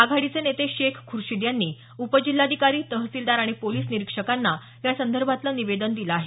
आघाडीचे नेते शेख ख्र्शीद यांनी उपजिल्हाधिकारी तहसीलदार आणि पोलिस निरिक्षकांना यासंदर्भातलं निवेदन दिलं आहे